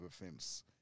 offense